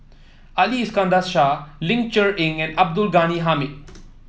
Ali Iskandar Shah Ling Cher Eng and Abdul Ghani Hamid